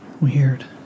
Weird